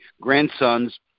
grandson's